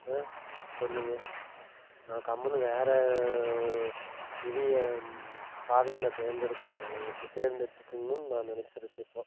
ஆ சொல்லுங்க நான் கம்முனு வேறு இதையை பாதையை நான் தேர்ந்தெடுக்கணும் போலேயே இப்போ தேர்ந்தெடுத்துக்கணும்னு நான் நினைச்சிருக்கேன் இப்போது